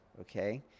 Okay